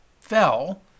fell